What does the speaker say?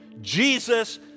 Jesus